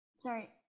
sorry